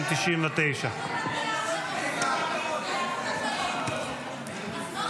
1299. נמנעים, אין הסתייגות